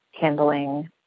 handling